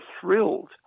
thrilled